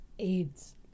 Aids